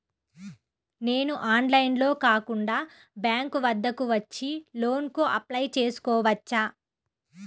నేను ఆన్లైన్లో కాకుండా బ్యాంక్ వద్దకు వచ్చి లోన్ కు అప్లై చేసుకోవచ్చా?